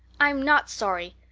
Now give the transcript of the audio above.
i'm not sorry.